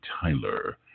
Tyler